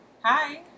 Hi